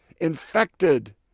infected